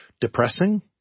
depressing